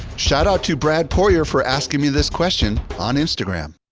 shout out to brad poyer for asking me this question on instagram.